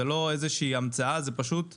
זו לא איזושהי המצאה, זה פשוט פקידות,